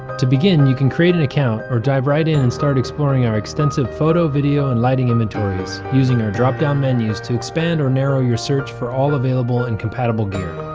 to begin you can create an account or dive right in and start exploring our extensive, photo, video and lighting inventories using our drop down menus to expand or narrow your search for all available and compatible gear.